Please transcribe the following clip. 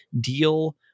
deal